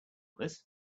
this